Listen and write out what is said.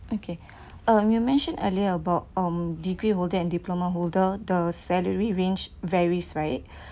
okay uh you mentioned earlier about um degree holder and diploma holder the salary range varies right